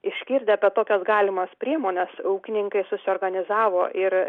išgirdę apie tokias galimas priemones ūkininkai susiorganizavo ir